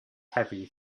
heavy